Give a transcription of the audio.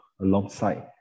alongside